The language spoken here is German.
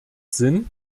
sinn